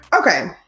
Okay